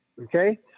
okay